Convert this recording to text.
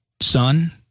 son